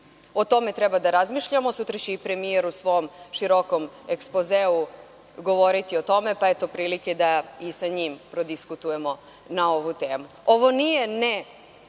O tome trba da razmišljamo. Sutra će i premijer u svom širokom ekspozeu govoriti o tome, pa eto prilike da i sa njim prodiskutujemo na ovu temu. Ovo nije –